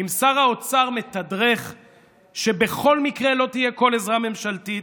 אם שר האוצר מתדרך שבכל מקרה לא תהיה כל עזרה ממשלתית,